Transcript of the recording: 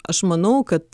aš manau kad